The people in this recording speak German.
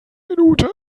minuten